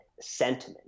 sentiment